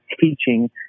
teaching